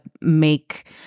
make